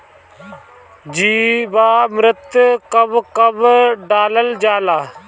जीवामृत कब कब डालल जाला?